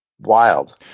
wild